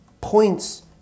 Points